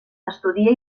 estudia